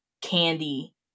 candy